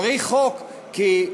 צריך חוק כי,